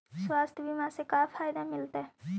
स्वास्थ्य बीमा से का फायदा मिलतै?